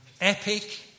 epic